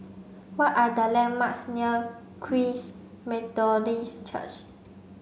what are the landmarks near Christ Methodist Church